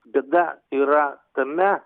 bėda yra tame